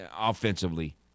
offensively